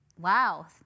Wow